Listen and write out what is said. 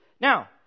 Now